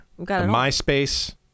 myspace